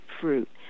fruit